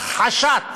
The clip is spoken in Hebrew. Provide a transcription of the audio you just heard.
הכחשת